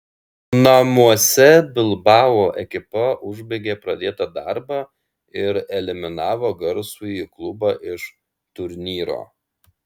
namuose bilbao ekipa užbaigė pradėtą darbą ir eliminavo garsųjį klubą iš turnyro